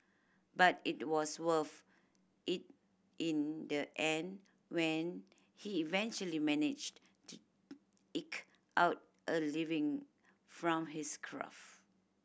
but it was worth it in the end when he eventually managed to eke out a living from his craft